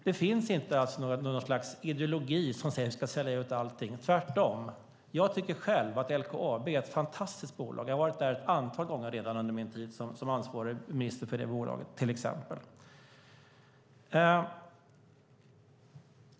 Det finns alltså inte något slags ideologi som säger att vi ska sälja ut allting - tvärtom. Jag tycker själv att till exempel LKAB är ett fantastiskt bolag. Jag har redan varit där ett antal gånger under min tid som ansvarig minister för detta bolag.